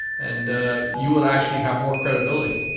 and you would actually have more credibility.